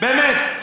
באמת.